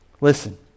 Listen